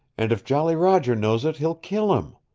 and if jolly roger knows it he'll kill him.